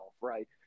Right